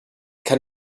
kann